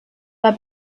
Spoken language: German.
war